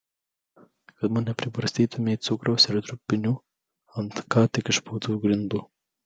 kad man nepribarstytumei cukraus ir trupinių ant ką tik išplautų grindų